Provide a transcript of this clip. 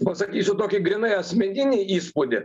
pasakysiu tokį grynai asmeninį įspūdį